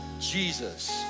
Jesus